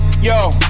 Yo